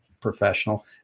professional